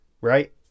Right